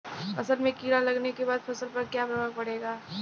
असल में कीड़ा लगने के बाद फसल पर क्या प्रभाव पड़ेगा?